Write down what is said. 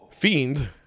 Fiend